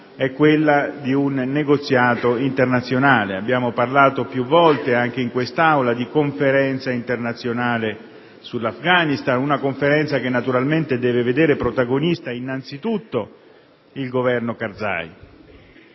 è quella di un negoziato internazionale. Abbiamo parlato più volte, anche in quest'Aula, di Conferenza internazionale sull'Afghanistan, una Conferenza che naturalmente deve vedere protagonista innanzi tutto il Governo Karzai.